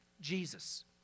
Jesus